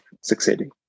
succeeding